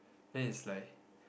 then it's like